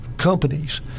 Companies